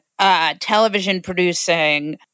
television-producing